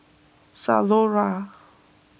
Zalora